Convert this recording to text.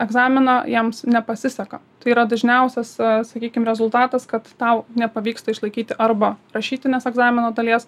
egzaminą jiems nepasiseka tai yra dažniausias sakykim rezultatas kad tau nepavyksta išlaikyti arba rašytinės egzamino dalies